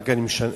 רק אני מסיים.